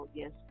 yes